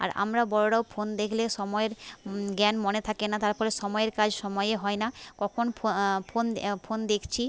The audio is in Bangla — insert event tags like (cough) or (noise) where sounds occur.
আর আমরা বড়রাও ফোন দেখলে সময়ের জ্ঞান মনে থাকে না তার ফলে সময়ের কাজ সময়ে হয় না কখন (unintelligible) ফোন ফোন দেখছি